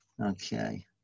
Okay